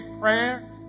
prayer